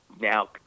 Now